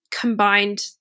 combined